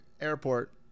Airport